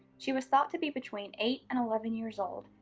she was thought to be between eight and eleven years old,